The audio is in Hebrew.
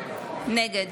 נגד